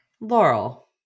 Laurel